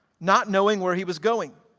not knowing where he was going.